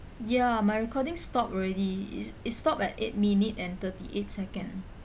ya my recording stopped already is it stopped at eight minute and thirty eight second